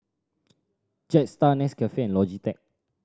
Jetstar Nescafe and Logitech